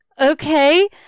Okay